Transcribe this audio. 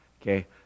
okay